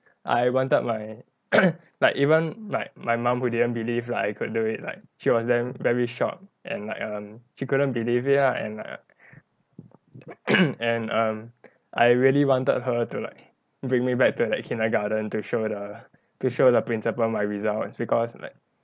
I wanted my like even like my mum who didn't believe like I could do it like she was damn very shocked and like um she couldn't believe it ah and like and um I really wanted her to like bring me back to that kindergarten to show the to show the principal my results because like